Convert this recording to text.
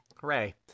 hooray